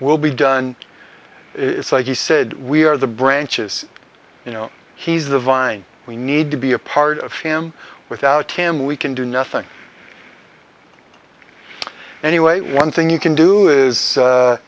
will be done it's like he said we are the branches you know he's the vine we need to be a part of him without him we can do nothing anyway one thing you can do is